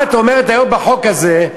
את אומרת היום בחוק הזה: